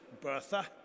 Bertha